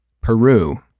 Peru